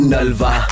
Nalva